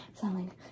selling